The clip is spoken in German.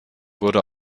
wurde